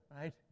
right